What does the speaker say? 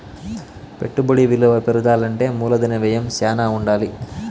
పెట్టుబడి విలువ పెరగాలంటే మూలధన వ్యయం శ్యానా ఉండాలి